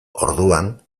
orduan